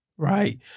right